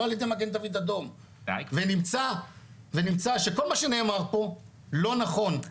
לא על ידי מגן דוד אדום ונמצא שכל מה שנאמר פה לא נכון,